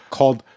called